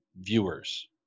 viewers